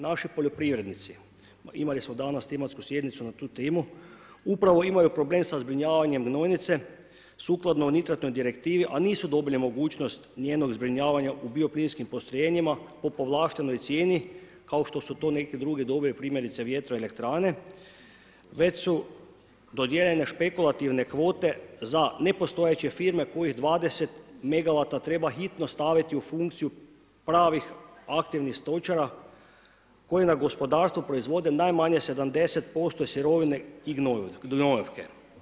Naši poljoprivrednici, imali smo danas tematsku sjednicu na tu temu, upravo imaju problem sa zbrinjavanjem gnojnice, sukladno o nitratnoj direktivi, a nisu dobili mogućnost njenog zbrinjavanja u bioplinskim postrojenjima po povlaštenoj cijeni, kao što su to neke druge dobre, primjerice vjetroelektrane, već su dodijeljene špekulativne kvote za nepostojeće firme kojih 20 megavata treba hitno staviti u funkciji pravih aktivnih stočara koji na gospodarstvu proizvode najmanje 70% sirovine i gnojevke.